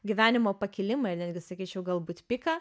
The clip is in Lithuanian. gyvenimo pakilimą ir netgi sakyčiau galbūt piką